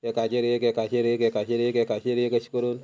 एकाचेर एक एकाचेर एक एकाचेर एक एकाचेर एक अशें करून